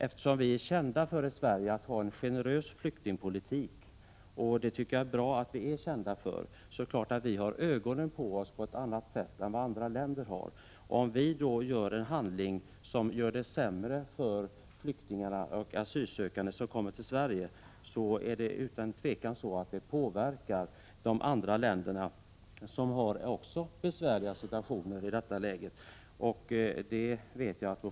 Eftersom vi i Sverige är kända för att ha en generös flyktingpolitik — något som jag tycker att det är bra att vi är kända för — har vi ögonen på oss på ett annat sätt än andra länder. Om vi då vidtar någon åtgärd som gör det sämre för flyktingar och asylsökande som kommer till Sverige, påverkar det utan tvivel de andra länderna, som också har en besvärlig situation i detta läge.